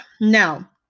Now